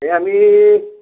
এ আমি